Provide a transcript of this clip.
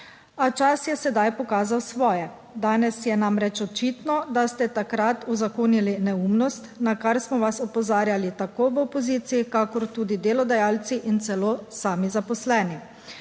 A čas je sedaj pokazal svoje. Danes je namreč očitno, da ste takrat uzakonili neumnost, na kar smo vas opozarjali tako v opoziciji kakor tudi delodajalci in celo sami zaposleni.